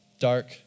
dark